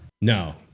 no